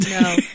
No